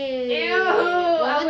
!eww!